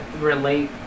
relate